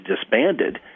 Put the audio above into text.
disbanded